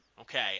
Okay